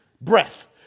Breath